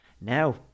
Now